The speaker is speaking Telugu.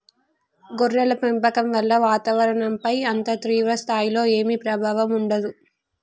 గొర్రెల పెంపకం వల్ల వాతావరణంపైన అంత తీవ్ర స్థాయిలో ఏమీ ప్రభావం ఉండదు